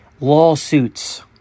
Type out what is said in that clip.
lawsuits